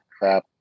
crap